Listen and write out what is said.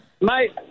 Mate